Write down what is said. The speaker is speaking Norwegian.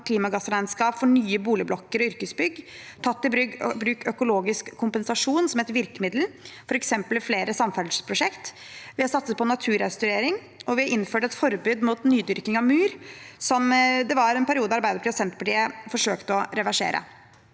klimagassregnskap for nye boligblokker og yrkesbygg, vi har tatt i bruk økologisk kompensasjon som et virkemiddel, f.eks. i flere samferdselsprosjekt, vi har satset på naturrestaurering, og vi har innført et forbud mot nydyrking av myr, som Arbeiderpartiet og Senterpartiet en periode forsøkte å reversere.